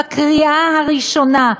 בקריאה הראשונה,